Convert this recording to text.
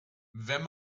wenn